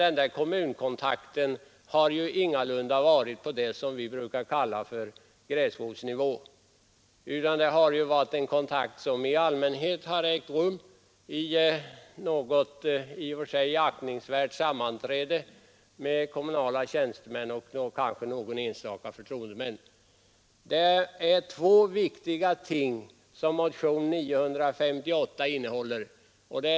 Men den kommunkontakten har ingalunda tagits på det vi brukar kalla gräsrotsnivå, utan kontakten har i allmänhet ägt rum på något i och för sig aktningsvärt sammanträde med kommunala tjänstemän och kanske någon enstaka förtroendeman. Det är två viktiga önskemål som motionen 958 innehåller.